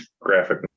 graphic